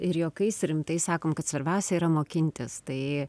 ir juokais ir rimtai sakom kad svarbiausia yra mokintis tai